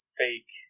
fake